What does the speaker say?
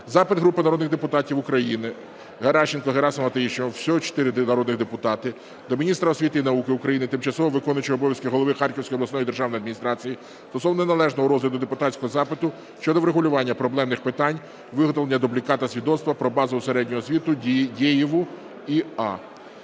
Запит групи народних депутатів України (Геращенко, Герасимова та інших. Всього 4 депутатів) до міністра освіти і науки України, тимчасово виконуючого обов'язки голови Харківської обласної державної адміністрації стосовно неналежного розгляду депутатського запиту щодо врегулювання проблемних питань виготовлення дубліката свідоцтва про базову загальну середню освіту Дєєву І.А.